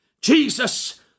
Jesus